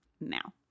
now